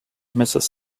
mrs